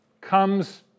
Comes